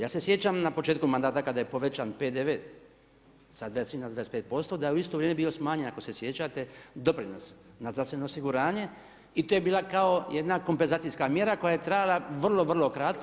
Ja se sjećam na početku mandata, kada je povećan PDV sa 10 na 25% da je u isto vrijeme bio smanjen, ako se sjećate doprinos na zdravstveno osiguranje i to je bila kao jedna kompezacijska mjera koja je trajala vrlo kratko.